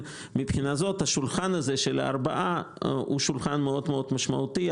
השולחן הזה של הארבעה הוא שולחן מאוד משמעותי.